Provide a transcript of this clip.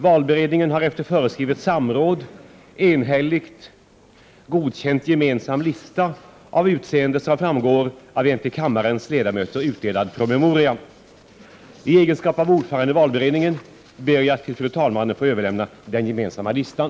Valberedningen har efter föreskrivet samråd enhälligt godkänt en gemensam lista av utseende som framgår av en till kammarens ledamöter utdelad promemoria. I egenskap av ordförande i valberedningen ber jag att till fru talmannen få överlämna den gemensamma listan.